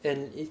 and it